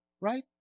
Right